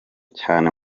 cyane